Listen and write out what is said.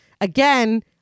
Again